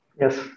yes